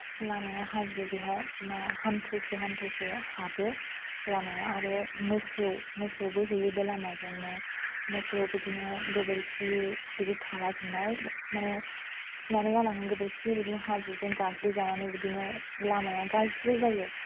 लामाया हाब्रु बेहाय मा हान्थुसे हान्थुसे हाबो लामाया आरो मोसौ मोसौबो होयो बे लामाजोंनो मोसौ बिदिनो गोबोरखि बिदि थाला जोबनाय माने खिनानै गालाङो गोबोरखि बिदिनो हाब्रुजों गाग्लिजानानै बिदिनो लामाया गाज्रि जायो